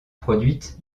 produites